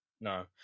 no